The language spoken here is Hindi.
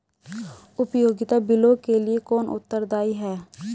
उपयोगिता बिलों के लिए कौन उत्तरदायी है?